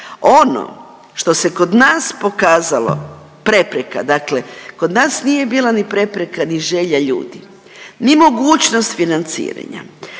Ono što se kod nas pokazalo prepreka, dakle kod nas nije bila ni prepreka ni želja ljudi, ni mogućnost financiranja.